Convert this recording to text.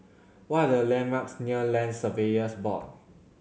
what are the landmarks near Land Surveyors Board